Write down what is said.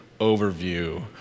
overview